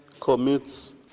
commits